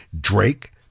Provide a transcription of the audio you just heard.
Drake